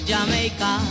Jamaica